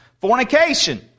Fornication